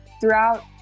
throughout